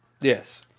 Yes